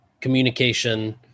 communication